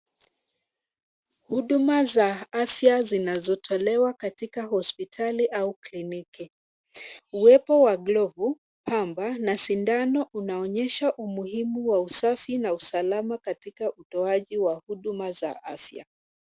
Huduma za afya zinazotolewa katika hospitali au kliniki. Uwepo wa glovu ,pamba na sindano unaonyesha umuhimu wa usafi na usalama katika utoaji wa huduma za afya.